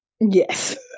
yes